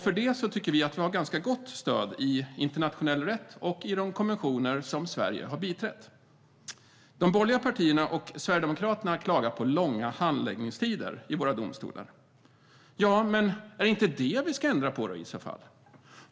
För det tycker vi att vi har ett ganska gott stöd i internationell rätt och i de konventioner som Sverige har biträtt. De borgerliga partierna och Sverigedemokraterna klagar på långa handläggningstider i våra domstolar. Ja, men är det inte det vi ska ändra på i så fall?